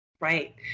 right